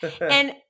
And-